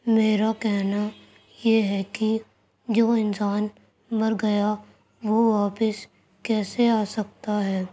میرا کہنا یہ ہے کہ جو انسان مر گیا وہ واپس کیسے آ سکتا ہے